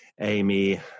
Amy